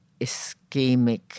ischemic